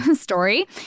story